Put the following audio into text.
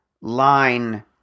line